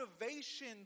motivation